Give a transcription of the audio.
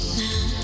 now